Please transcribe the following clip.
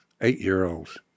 eight-year-olds